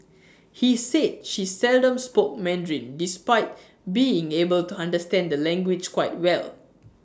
he said she seldom spoke Mandarin despite being able to understand the language quite well